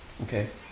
Okay